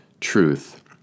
truth